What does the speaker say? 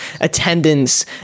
attendance